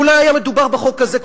לו היה מדובר בחוק הזה,